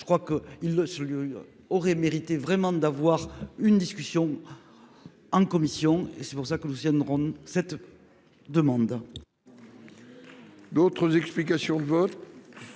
Je crois que il ce lieu aurait mérité vraiment d'avoir une discussion. En commission et c'est pour ça que Lucian cette. Demande. D'autres explications de vote.